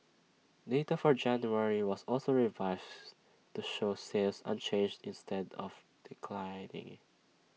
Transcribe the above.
data for January was also revised to show sales unchanged instead of declining